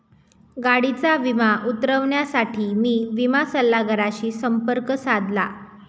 गाडीचा विमा उतरवण्यासाठी मी विमा सल्लागाराशी संपर्क साधला